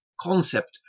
concept